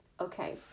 Okay